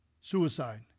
Suicide